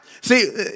See